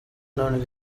known